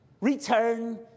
return